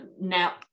now